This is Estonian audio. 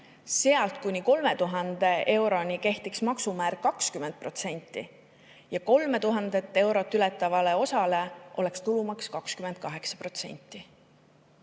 sealt kuni 3000 euroni kehtiks maksumäär 20% ja 3000 eurot ületavale osale oleks tulumaks 28%.